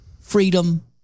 freedom